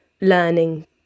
learning